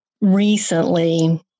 recently